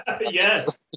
Yes